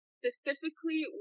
specifically